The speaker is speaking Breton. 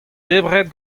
debret